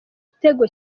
igitego